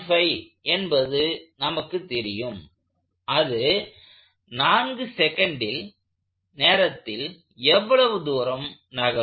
5 என்று நமக்கு தெரியும் அது 4s நேரத்தில் எவ்வளவு தூரம் நகரும்